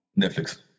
Netflix